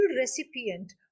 recipient